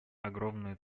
огромную